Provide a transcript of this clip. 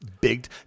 Big